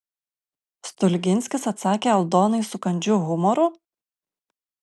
stulginskis atsakė aldonai su kandžiu humoru